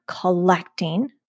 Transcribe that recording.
collecting